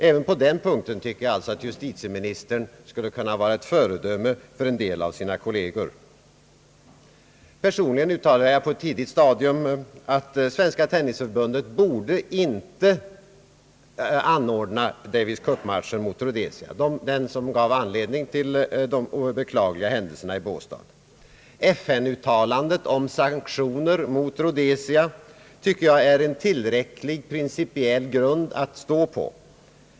Även på den punkten tycker jag alltså att justitieministern skulle kunna vara ett föredöme för en del av sina kolleger. Personligen uttalade jag på ett tidigt stadium att Svenska tennisförbundet inte borde anordna Davis Cup-matcher mot Rhodesia. Det var ju årets Davis Cup-match som gav anledning till de beklagliga händelserna i Båstad. FN uttalandet om sanktioner mot Rhodesia tycker jag är en tillräcklig principiell grund att stå på.